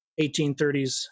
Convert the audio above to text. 1830s